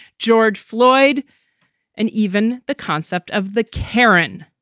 george floyd and even the concept of the keran.